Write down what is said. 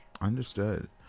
understood